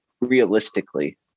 realistically